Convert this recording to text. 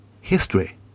history